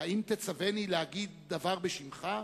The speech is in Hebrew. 'האם תצווני להגיד דבר בשמך?'"